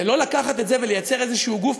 זה לא לקחת את זה ולייצר איזשהו גוף,